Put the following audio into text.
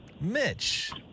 Mitch